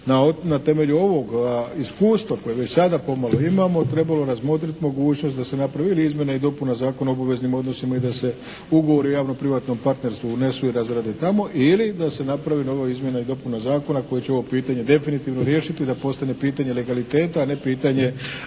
na temelju ovog iskustva koje već sada pomalo imamo trebalo razmotriti mogućnost da se napravi ili izmjena i dopuna Zakona o obaveznim odnosima i da se ugovori o javno-privatnom partnerstvu unesu i razrade tamo ili da se napravi nova izmjena i dopuna zakona koji će ovo pitanje definitivno riješiti da postane pitanje legaliteta a ne pitanje